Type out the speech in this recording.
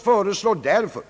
Vi föreslår därför